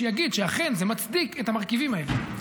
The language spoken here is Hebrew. שיגיד שאכן זה מצדיק את המרכיבים האלה,